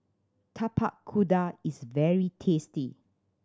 Tapak Kuda is very tasty